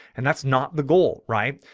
and that's not the goal, right?